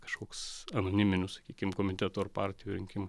kažkoks anoniminių sakykim komiteto ar partijų rinkimų